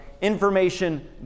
information